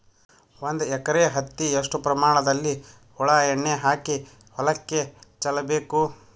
ಒಂದು ಎಕರೆ ಹತ್ತಿ ಎಷ್ಟು ಪ್ರಮಾಣದಲ್ಲಿ ಹುಳ ಎಣ್ಣೆ ಹಾಕಿ ಹೊಲಕ್ಕೆ ಚಲಬೇಕು?